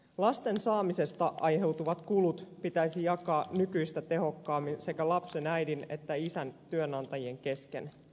lasten saamisesta aiheutuvat kulut pitäisi jakaa nykyistä tehokkaammin sekä lapsen äidin että isän työnantajien kesken